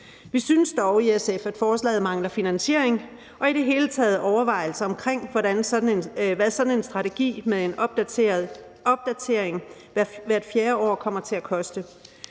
Vi synes dog i SF, at forslaget mangler finansiering og i det hele taget overvejelser omkring, hvad sådan en strategi med en opdateret opdatering hvert 4. år kommer til at koste.